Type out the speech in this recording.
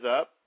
up